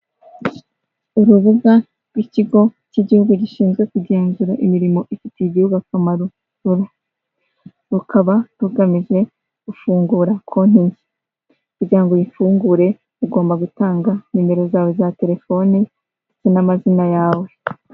Urubuga rw'ikigo cy'igihugu gishinzwe kugenzura imirimo ifitiye igihugu akamaro Rura, rukaba rugamije gufungura konti kugira ngo uyifungure ugomba gutanga nimero zawe za telefoni ndetse n'amazina yawe.